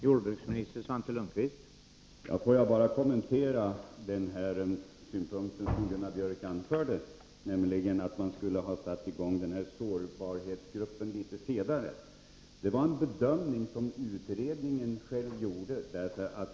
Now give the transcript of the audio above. Herr talman! Får jag bara kommentera en synpunkt som Gunnar Björk i Gävle anförde, nämligen att denna sårbarhetsgrupp skulle ha tillsatts litet senare än andra grupper. Det var en bedömning som utredningen själv gjorde.